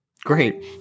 great